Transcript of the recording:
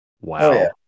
Wow